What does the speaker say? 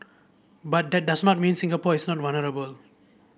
but that does not mean Singapore is not vulnerable